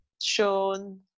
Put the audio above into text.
shown